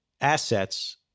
assets